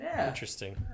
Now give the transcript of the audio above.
Interesting